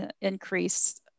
increase